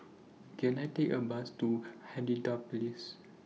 Can I Take A Bus to Hindhede Place